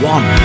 One